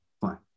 Fine